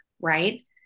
right